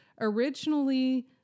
originally